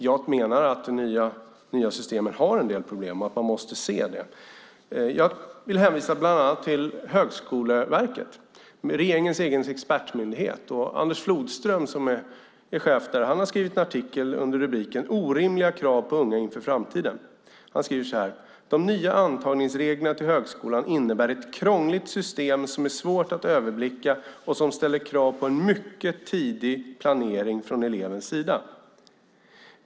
Jag menar att det nya systemet har en del problem och att man måste se det. Jag hänvisar bland annat till Högskoleverket, regeringens egen expertmyndighet. Chefen Anders Flodström har skrivit en artikel under rubriken "Orimliga krav på unga inför framtiden". Han skriver: De nya antagningsreglerna till högskolan innebär ett krångligt system som är svårt att överblicka och som ställer krav på en mycket tidig planering från elevens sida.